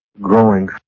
growing